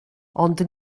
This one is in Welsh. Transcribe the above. ond